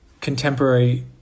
contemporary